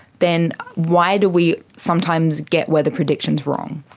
then why do we sometimes get weather predictions wrong?